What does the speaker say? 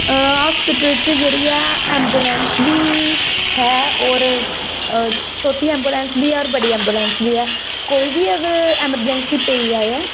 hospital च जेहड़ी ऐ एमबुलेंस बी है और छोटी एमबुलेंस बी ऐ और बड्डी एमबुलेंस बी ऐ कोई बी अगर ऐमरजैंसी पेई जाए